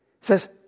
says